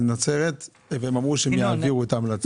בית החולים בנצרת והם אמרו שיעבירו את ההמלצה.